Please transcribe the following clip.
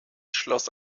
schloss